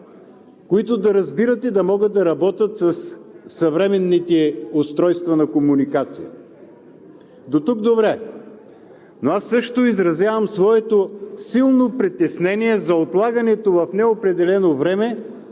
които да разбират и да могат да работят със съвременните устройства на комуникация. Дотук добре. Но аз също изразявам своето силно притеснение за отлагането в неопределено време